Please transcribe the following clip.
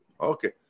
Okay